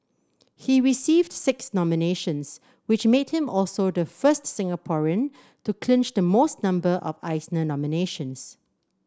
he received six nominations which made him also the first Singaporean to clinch the most number of Eisner nominations